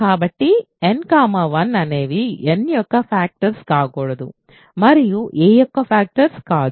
కాబట్టి n 1 అనేవి n యొక్క ఫ్యాక్టర్ కాకూడదు మరియు a యొక్క ఫ్యాక్టర్ కాదు